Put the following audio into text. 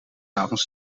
avonds